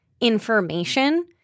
information